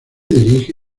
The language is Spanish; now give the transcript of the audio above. dirige